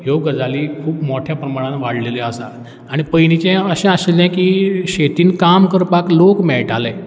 ह्यो गजाली खूब मोठ्या प्रमाणान वाळ्ळेल्यो आसा आनी पयलींचें अशें आशिल्लें की शेतीन काम करपाक लोक मेळटाले